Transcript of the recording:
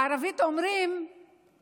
בערבית אומרים: (אומרת בערבית: